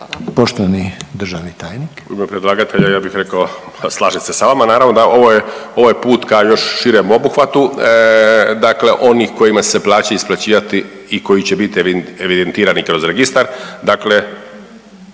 Poštovani državni tajniče